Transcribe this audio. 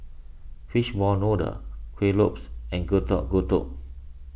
Fishball Noodle Kuih Lopes and Getuk Getuk